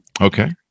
Okay